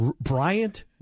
Bryant